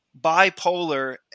bipolar